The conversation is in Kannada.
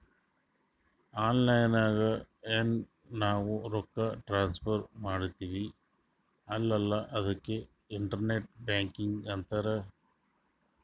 ಆನ್ಲೈನ್ ನಾಗ್ ಎನ್ ನಾವ್ ರೊಕ್ಕಾ ಟ್ರಾನ್ಸಫರ್ ಮಾಡ್ತಿವಿ ಅಲ್ಲಾ ಅದುಕ್ಕೆ ಇಂಟರ್ನೆಟ್ ಬ್ಯಾಂಕಿಂಗ್ ಅಂತಾರ್